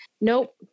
nope